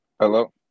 Hello